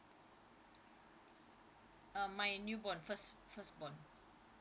um my newborn first first born